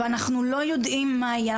ואנחנו לא יודעים מה יהיה.